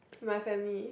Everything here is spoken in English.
my family